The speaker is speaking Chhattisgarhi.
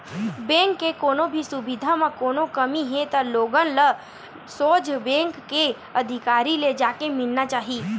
बेंक के कोनो भी सुबिधा म कोनो कमी हे त लोगन ल सोझ बेंक के अधिकारी ले जाके मिलना चाही